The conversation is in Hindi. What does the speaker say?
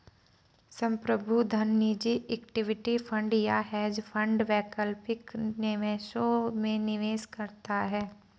संप्रभु धन निजी इक्विटी फंड या हेज फंड वैकल्पिक निवेशों में निवेश करता है